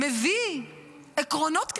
מביא עקרונות כלליים,